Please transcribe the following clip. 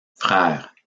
frères